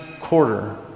quarter